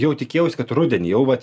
jau tikėjausi kad rudenį jau vat